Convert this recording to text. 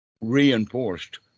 reinforced